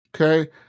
Okay